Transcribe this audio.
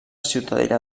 ciutadella